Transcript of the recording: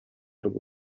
rwo